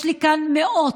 יש לי כאן מאות,